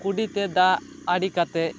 ᱠᱩᱰᱤ ᱛᱮ ᱫᱟᱜ ᱟᱲᱮ ᱠᱟᱛᱮ